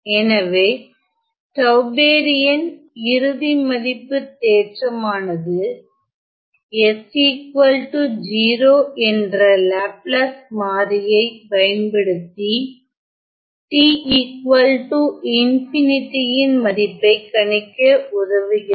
எனவே டவ்பெரியன் இறுதி மதிப்புத் தேற்றமானது s 0 என்ற லாப்லாஸ் மாறியை பயன்படுத்தி t ன் மதிப்பை கனிக்க உதவுகிறது